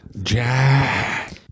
Jack